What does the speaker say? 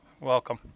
Welcome